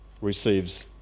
receives